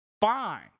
Fine